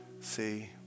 See